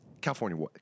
California